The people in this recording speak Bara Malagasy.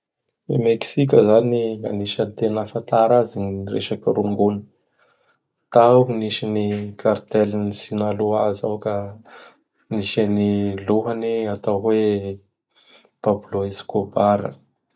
I meksika zany gn'anisan'ny tena afatara azy gn resaky rongony. Tao gn nisy ny Kartel gny n Sinalôa zao ka nisy an'ny lohany atao hoe Pablo Escobara.